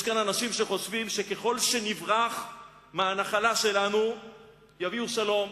יש כאן אנשים שחושבים שככל שנברח מהנחלה שלנו יביאו שלום,